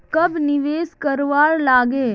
कब निवेश करवार लागे?